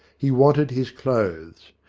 he wanted his clothes.